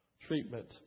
treatment